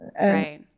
Right